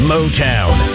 Motown